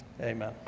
Amen